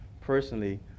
personally